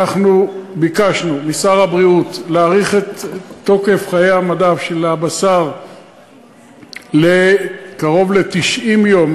ביקשנו משר הבריאות להאריך את תוקף חיי המדף של הבשר לקרוב ל-90 יום,